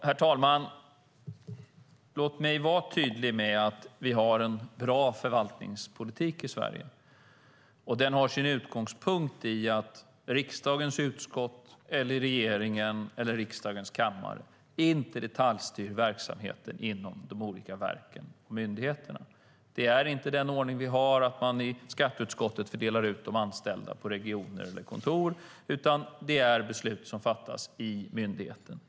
Herr talman! Låt mig vara tydlig med att vi har en bra förvaltningspolitik i Sverige. Den har sin utgångspunkt i att riksdagens utskott, regeringen eller riksdagens kammare inte detaljstyr verksamheten inom de olika verken och myndigheterna. Det är inte den ordning vi har att man i skatteutskottet fördelar ut de anställda på regioner eller kontor, utan det är beslut som fattas i myndigheten.